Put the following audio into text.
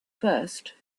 first